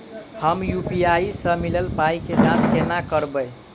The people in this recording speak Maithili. हम यु.पी.आई सअ मिलल पाई केँ जाँच केना करबै?